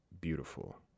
beautiful